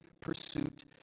pursuit